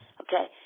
Okay